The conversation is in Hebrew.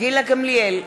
גילה גמליאל,